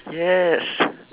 yes